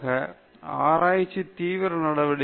சரி இறுதியாக ஆராய்ச்சி தீவிர நடவடிக்கை